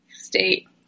state